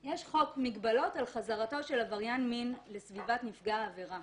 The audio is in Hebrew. יש חוק מ-2004 על הגבלת חזרתו של עבריין מין לסביבת נפגע העבירה.